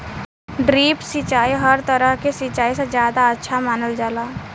drip सिंचाई हर तरह के सिचाई से ज्यादा अच्छा मानल जाला